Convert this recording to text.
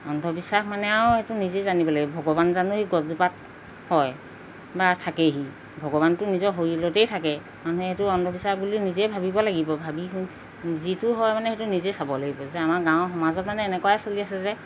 অন্ধবিশ্বাস মানে আৰু সেইটো নিজেই জানিব লাগিব ভগৱান জানোহি গছজোপাত হয় বা থাকেহি ভগৱানটো নিজৰ শৰীৰতেই থাকে মানুহে সেইটো অন্ধবিশ্বাস বুলি নিজেই ভাবিব লাগিব ভাবি যিটো হয় মানে সেইটো নিজেই চাব লাগিব যে আমাৰ গাঁৱৰ সমাজত মানে এনেকুৱাই চলি আছে যে